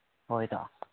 ꯍꯣꯏ ꯏꯇꯥꯎ